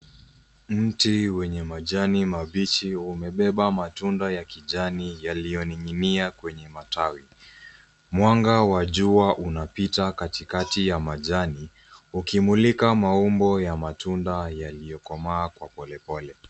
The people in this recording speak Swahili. Mti wenye majani mabichi umebeba matunda ya kijani yaliyoning'inia kwenye matawi. Mwanga wa jua unapita katikati ya majani ukimulika maumbo ya matunda yaliyokomaa kwa polepole.